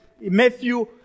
Matthew